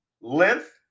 Length